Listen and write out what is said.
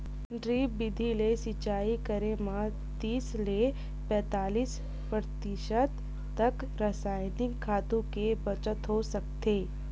drip बिधि ले सिचई करे म तीस ले पैतालीस परतिसत तक रसइनिक खातू के बचत हो सकथे